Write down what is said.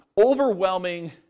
overwhelming